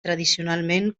tradicionalment